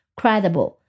credible